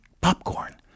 popcorn